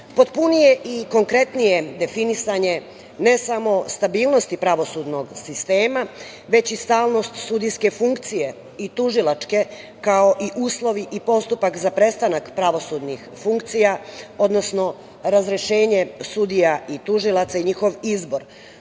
zalaganja. Potpunije i konkretnije definisanje ne samo stabilnosti pravosudnog sistema, već i stalnost sudijske funkcije i tužilačke, kao i uslovi i postupak za prestanak pravosudnih funkcija, odnosno razrešenje sudija i tužilaca i njihov izbor. Koliko